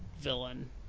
villain